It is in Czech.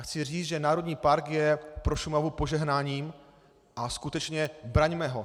Chci říct, že národní park je pro Šumavu požehnáním a skutečně, braňme ho.